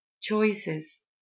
choices